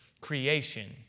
creation